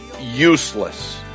useless